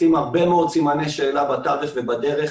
לשים הרבה מאוד סימני שאלה בתווך ובדרך.